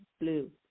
blue